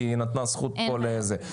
כי היא נתנה זכות פה לזה.